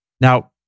Now